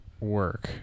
work